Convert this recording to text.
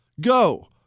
Go